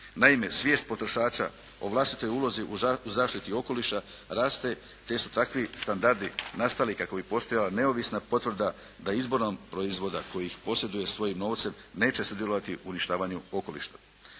Naime, svijest potrošača o vlastitoj ulozi u zaštiti okoliša raste, te su takvi standardi nastali kako bi postojala neovisna potvrda da izborom proizvoda koji ih posjeduje svojim novcem neće sudjelovati u uništavanju okoliša.